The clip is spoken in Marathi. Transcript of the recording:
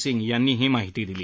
सिंग यांनी ही माहिती दिली